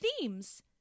themes